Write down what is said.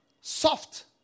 Soft